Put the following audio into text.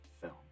film